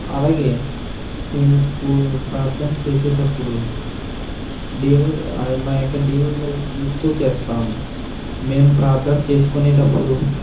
అలాగే మేము పూ ప్రార్థన చేసేటప్పుడు దేవ్ మా యొక్క దేవుడి వైపు చూస్తూ చేస్తాము మేం ప్రార్థన చేసుకునేటప్పుడు